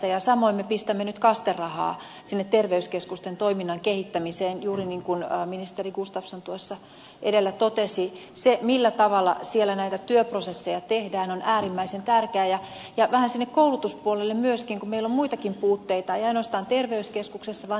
samoin me pistämme nyt kaste rahaa sinne terveyskeskusten toiminnan kehittämiseen juuri niin kuin ministeri gustafsson edellä totesi se millä tavalla siellä näitä työprosesseja tehdään on äärimmäisen tärkeää ja vähän sinne koulutuspuolelle myöskin kun meillä on muitakin puutteita ei ainoastaan terveyskeskuksissa vaan terveydenhuollossa yleensä